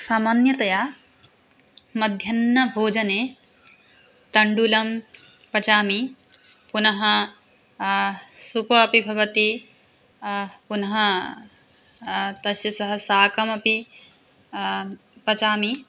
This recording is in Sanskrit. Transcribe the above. सामान्यतया मध्याह्नभोजने तण्डुलं पचामि पुनः सूपः अपि भवति पुनः तस्य सह शाकम् अपि पचामि